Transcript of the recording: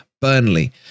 Burnley